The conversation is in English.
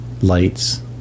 lights